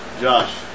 Josh